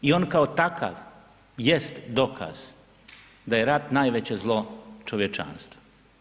I on kao takav jest dokaz da je rat najveće zlo čovječanstva.